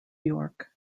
york